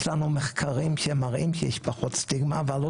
יש לנו מחקרים שמראים שיש פחות סטיגמה אבל לא